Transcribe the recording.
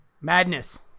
madness